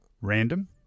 random